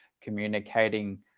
communicating